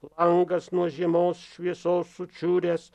langas nuo žiemos šviesos sučiuręs